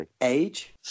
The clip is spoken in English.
age